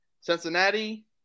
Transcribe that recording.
Cincinnati